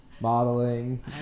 modeling